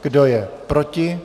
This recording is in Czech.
Kdo je proti?